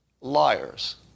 liars